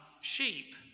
sheep